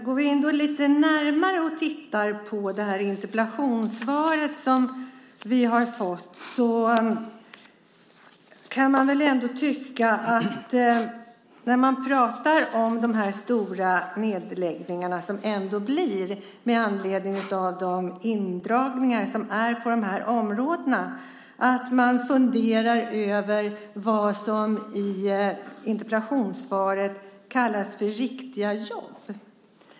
Om man tittar lite närmare på det här interpellationssvaret kan man väl, när det talas om de stora nedläggningar som det ändå blir med anledning av de indragningar som görs på de här områdena, fundera över det som i interpellationssvaret kallas för riktiga jobb.